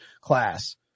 class